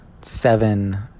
seven